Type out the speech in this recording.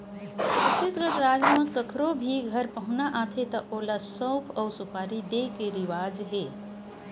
छत्तीसगढ़ राज म कखरो भी घर पहुना आथे त ओला सउफ अउ सुपारी दे के रिवाज हे